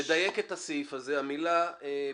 המילה "במישרין"